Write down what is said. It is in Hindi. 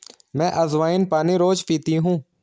मैं अज्वाइन पानी रोज़ पीती हूँ